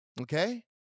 Okay